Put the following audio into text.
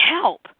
help